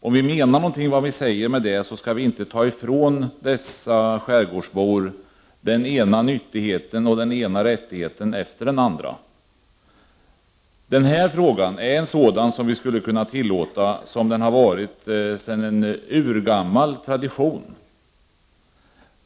Om vi menar någonting med det vi säger, skall vi inte ta ifrån skärgårdsborna den ena nyttigheten och den ena rättigheten efter den andra. Den här jakten är sådan att den borde kunna tillåtas så som den har bedrivits av urgammal tradition.